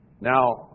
Now